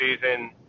season